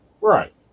right